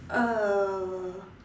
uh